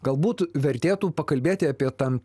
galbūt vertėtų pakalbėti apie tam